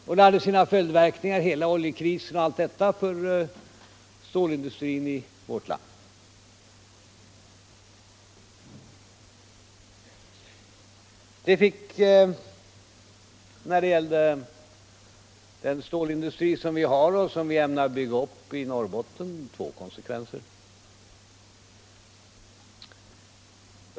Hela oljekrisen och allt vad den medförde har också haft sina följdverkningar för stålindustrin i vårt land. När det gäller den stålindustri som vi redan har i det här landet och den som vi ämnar bygga upp i Norrbotten har allt detta fått två olika konsekvenser.